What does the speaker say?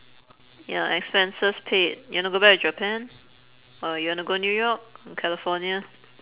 ya expenses paid you wanna go back to japan or you wanna go new york or california